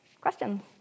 questions